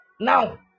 Now